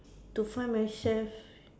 to find myself